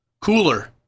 Cooler